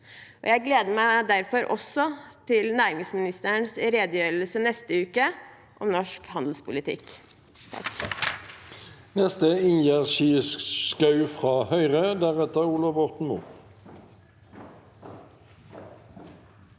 Jeg gleder meg derfor også til næringsministerens redegjørelse om norsk handelspolitikk